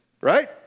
right